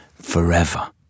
forever